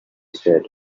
said